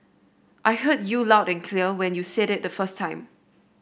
I heard you loud and clear when you said it the first time